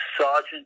sergeant